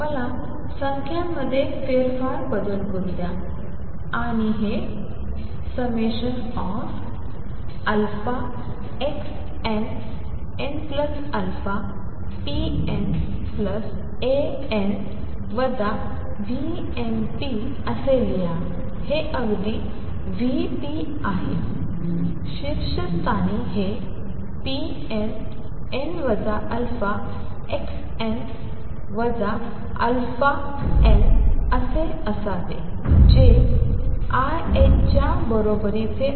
मला संख्यांमध्ये फेरबदल करू द्या आणि हे xnnαpnαn वजा vnp असे लिहा हे अगदी vp आहे शीर्षस्थानी हे pnn α xn αn असावे जे i च्या बरोबरीचे आहे